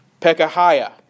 Pekahiah